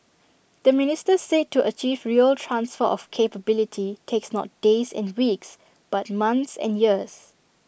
the minister said to achieve real transfer of capability takes not days and weeks but months and years